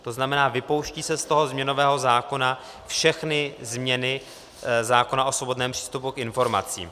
To znamená, vypouští se z toho změnového zákona všechny změny zákona o svobodném přístupu k informacím.